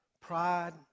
pride